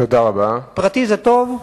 פרטי זה טוב,